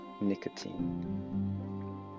Nicotine